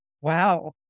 Wow